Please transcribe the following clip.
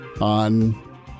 on